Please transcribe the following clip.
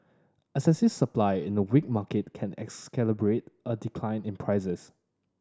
excessive supply in a weak market can exacerbate a decline in prices